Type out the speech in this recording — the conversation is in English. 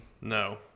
No